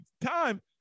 time